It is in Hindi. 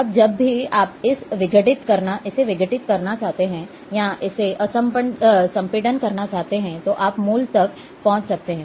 अब जब भी आप इसे विघटित करना चाहते हैं या इसे असंपीड़न करना चाहते हैं तो आप मूल तक पहुँच सकते हैं